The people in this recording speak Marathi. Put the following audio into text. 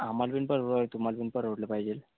आम्हाला पण परवड तुम्हाला पण परवडलं पाहिजेल